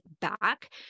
back